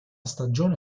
stagione